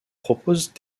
propose